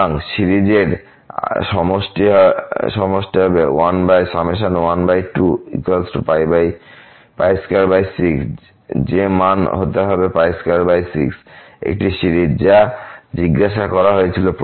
সিরিজের আমাদের সমষ্টি 1226যে মান হতে হবে 26একটি সিরিজ যা জিজ্ঞাসা করা হয়েছিল প্রশ্নে